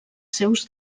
seus